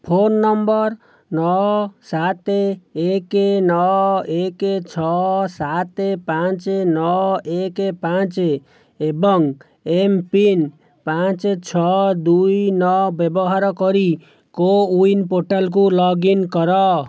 phone number ନଅ ସାତ ଏକ ନଅ ଏକ ଛଅ ସାତ ପାଞ୍ଚ ନଅ ଏକ ପାଞ୍ଚ ଏବଂ ଏମ୍ ପିନ୍ ପାଞ୍ଚ ଛଅ ଦୁଇ ନଅ ବ୍ୟବହାର କରି କୋୱିନ ପୋର୍ଟାଲକୁ ଲଗ୍ ଇନ୍ କର